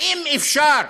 האם אפשר,